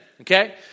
okay